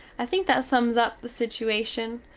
i think that sums up the situation.